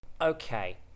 Okay